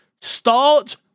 start